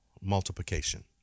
multiplication